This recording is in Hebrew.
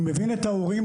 אני מבין את ההורים,